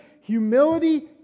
Humility